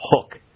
hook